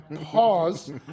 Pause